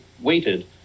waited